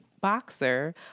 boxer